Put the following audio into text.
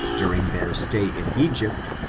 during their stay in egypt,